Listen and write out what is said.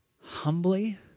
humbly